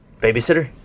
Babysitter